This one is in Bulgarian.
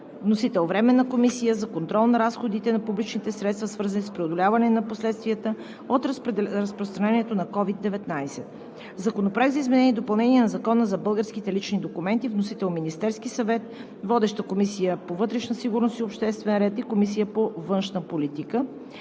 Вносител е Временната комисия за контрол на разходите на публичните средства, свързани с преодоляването на последствията от разпространението на COVID-19; Законопроект за изменение и допълнение на Закона за българските лични документи. Вносител е Министерският съвет. Водеща е Комисията по вътрешна сигурност и обществен ред и Комисията по външна политика;